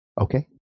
okay